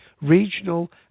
regional